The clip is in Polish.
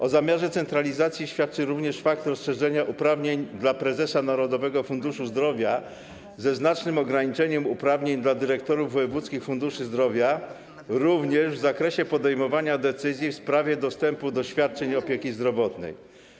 O zamiarze centralizacji świadczy również fakt rozszerzenia uprawnień prezesa Narodowego Funduszu Zdrowia ze znacznym ograniczeniem uprawnień dyrektorów wojewódzkich funduszy zdrowia, również w zakresie podejmowania decyzji w sprawie dostępu do świadczeń opieki zdrowotnej.